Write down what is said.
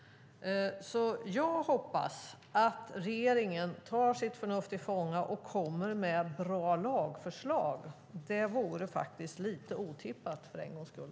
Jag hoppas att regeringen tar sitt förnuft till fånga och kommer med bra lagförslag. Det vore faktiskt lite otippat för en gångs skull.